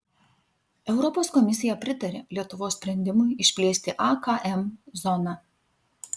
europos komisija pritarė lietuvos sprendimui išplėsti akm zoną